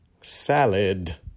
salad